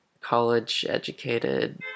college-educated